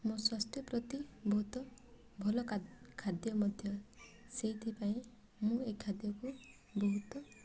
ମୋ ସ୍ୱାସ୍ଥ୍ୟ ପ୍ରତି ବହୁତ ଭଲ କା ଖାଦ୍ୟ ମଧ୍ୟ ସେଇଥିପାଇଁ ମୁଁ ଏ ଖାଦ୍ୟକୁ ବହୁତ